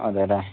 അതെ അല്ലെ